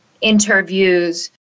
interviews